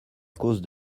cause